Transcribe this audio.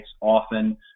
often